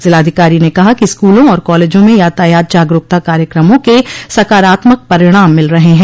जिलाधिकारी ने कहा कि स्कूलों और कॉलेजों में यातायात जागरूकता कार्यक्रमों के सकारात्मक परिणाम मिल रहे हैं